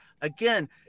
Again